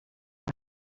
cap